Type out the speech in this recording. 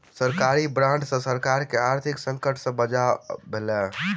सरकारी बांड सॅ सरकार के आर्थिक संकट सॅ बचाव भेल